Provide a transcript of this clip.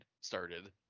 started